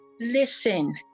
listen